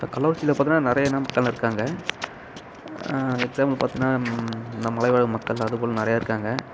இப்போ கள்ளக்குறிச்சியில பார்த்திங்கனா நிறைய இன மக்கள் இருக்காங்க எக்ஸாம்பிள் பார்த்திங்கனா இந்த மலைவாழ் மக்கள் அதுபோல் நிறையா இருக்காங்க